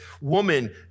woman